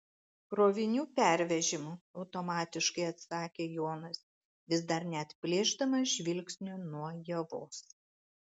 krovinių pervežimu automatiškai atsakė jonas vis dar neatplėšdamas žvilgsnio nuo ievos